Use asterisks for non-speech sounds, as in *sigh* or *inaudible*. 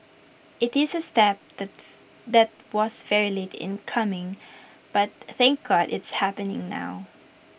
IT is A step *unintelligible* that was very late in coming but thank God it's happening now